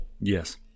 yes